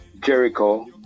Jericho